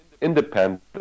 independent